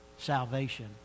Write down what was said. salvation